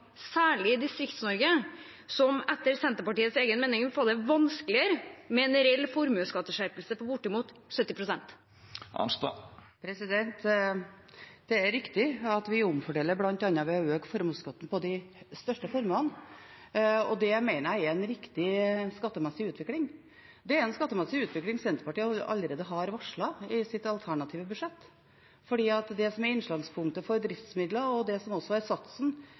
særlig i Distrikts-Norge – som etter Senterpartiets egen mening vil få det vanskeligere med en reell formuesskatteskjerpelse på bortimot 70 pst. Det er riktig at vi omfordeler bl.a. ved å øke formuesskatten på de største formuene. Det mener jeg er en riktig skattemessig utvikling. Det er en skattemessig utvikling Senterpartiet varslet allerede i sitt alternative statsbudsjett, for det som er innslagspunktet for driftsmidler og